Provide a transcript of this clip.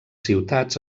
ciutats